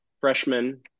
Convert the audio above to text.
freshman